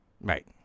Right